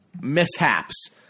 mishaps